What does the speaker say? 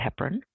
heparin